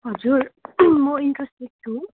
हजुर म इन्ट्रेस्टेड छु